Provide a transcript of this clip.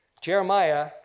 Jeremiah